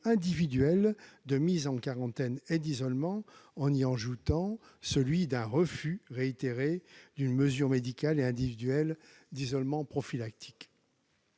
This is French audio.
individuelles de mise en quarantaine et d'isolement, en ajoutant celui d'un refus réitéré d'une mesure médicale et individuelle d'isolement prophylactique.